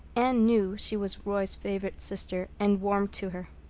anne knew she was roy's favorite sister and warmed to her.